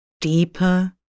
deeper